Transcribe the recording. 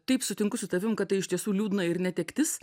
taip sutinku su tavim kad tai iš tiesų liūdna ir netektis